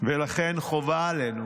ולכן חובה עלינו,